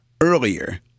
earlier